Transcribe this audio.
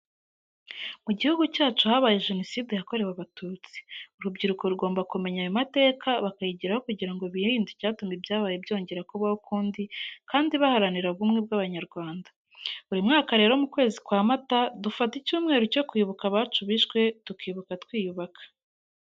Mu gihugu cyacu habaye Jenoside yakorewe Abatutsi, urubyiruko rugomba kumenya ayo mateka bakayigiraho kugira ngo birinde icyatuma ibyabaye byongera kubaho ukundi kandi bagaranira ubumwe bw'Abanyarwanda. Buri mwaka rero mu kwezi kwa mata dufata icyumweru cyo kwibuka abacu bishwe tukibuka twiyubako.